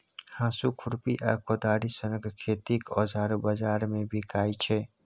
हाँसु, खुरपी आ कोदारि सनक खेतीक औजार बजार मे बिकाइ छै